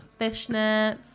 fishnets